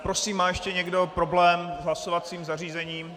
Prosím, má ještě někdo problém s hlasovacím zařízením?